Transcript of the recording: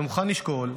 אני מוכן לשקול,